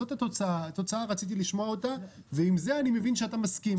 זאת התוצאה ועם זה אני מבין שאתה מסכים.